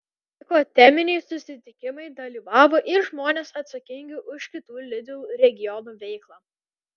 vyko teminiai susitikimai dalyvavo ir žmonės atsakingi už kitų lidl regionų veiklą